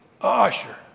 usher